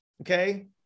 okay